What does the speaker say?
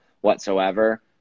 whatsoever